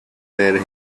where